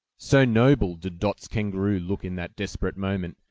so noble did dot's kangaroo look in that desperate moment,